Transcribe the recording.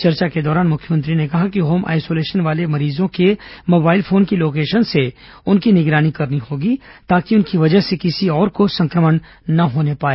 चर्चा के दौरान मुख्यमंत्री ने कहा कि होम आईसोलेशन वाले मरीजों के मोबाइल फोन की लोकेशन से उनकी निगरानी करनी होगी ताकि उनकी वजह से किसी और को संक्रमण न होने पाए